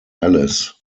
ellis